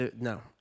no